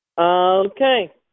Okay